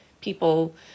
people